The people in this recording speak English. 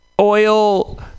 oil